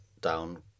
down